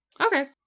Okay